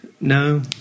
No